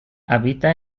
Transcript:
habita